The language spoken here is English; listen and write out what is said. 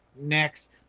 Next